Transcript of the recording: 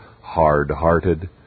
hard-hearted